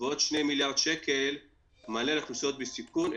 ועוד 2 מיליארד מענה לאוכלוסיות בסיכון,